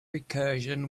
recursion